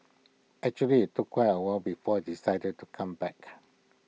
actually IT took quite A while before I decided to come back